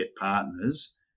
partners